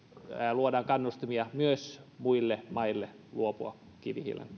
luodaan kannustimia myös muille maille luopua kivihiilen